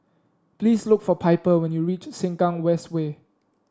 please look for Piper when you reach Sengkang West Way